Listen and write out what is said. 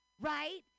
Right